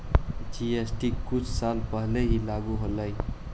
GST कुछ साल पहले ही लागू होलई हे